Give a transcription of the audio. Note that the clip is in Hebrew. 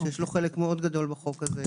שיש לו חלק מאוד גדול בחוק הזה.